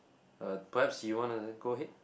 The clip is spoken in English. uh perhaps you wanna go ahead